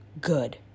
good